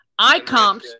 iComps